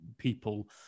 people